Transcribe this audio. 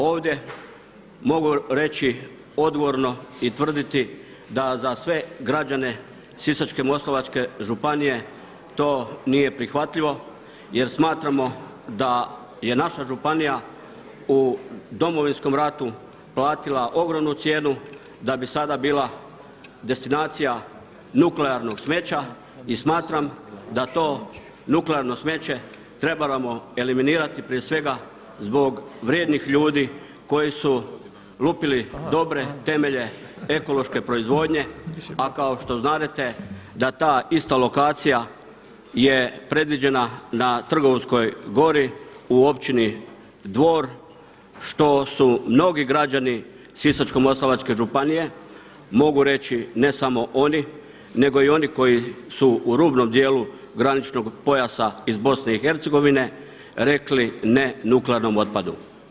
Ovdje mogu reći odgovorno i tvrditi da za sve građane Sisačko-moslavačke županije to nije prihvatljivo jer smatramo da je naša županija u Domovinskom ratu platila ogromnu cijenu da bi sada bila destinacija nuklearnog smeća i smatram da to nuklearno smeće trebamo eliminirati prije svega zbog vrijednih ljudi koji su lupili dobre temelje ekološke proizvodnje, a kao što znadete da ta ista lokacija je predviđena na Trgovskoj gori u Općini Dvor što su mnogi građani Sisačko-moslavačke županije mogu reći ne samo oni nego i oni koji su u rubnom dijelu graničnog pojasa iz BiH rekli ne nuklearnom otpadu.